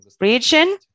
region